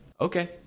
Okay